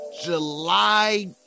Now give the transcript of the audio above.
july